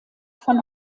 von